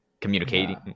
communicating